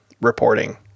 reporting